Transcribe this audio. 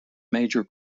major